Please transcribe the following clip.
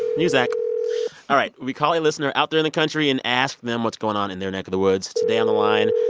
all right. we call a listener out there in the country and ask them what's going on in their neck of the woods. today on the line,